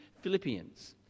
Philippians